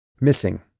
Missing